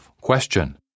Question